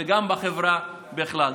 וגם בחברה בכלל.